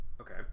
Okay